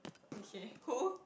okay who